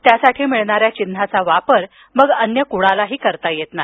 त्यासाठी मिळणाऱ्या चिन्हाचा वापर मग अन्य कुणालाही करता येत नाही